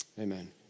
Amen